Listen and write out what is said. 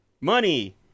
money